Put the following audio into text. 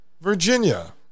virginia